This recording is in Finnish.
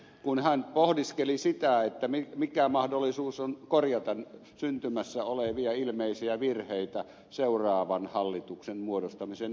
soinille kun hän pohdiskeli sitä mikä mahdollisuus on korjata syntymässä olevia ilmeisiä virheitä seuraavan hallituksen muodostamisen yhteydessä